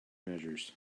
measures